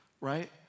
right